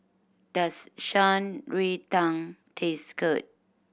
does Shan Rui Tang taste good